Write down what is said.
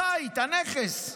הבית, הנכס.